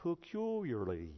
peculiarly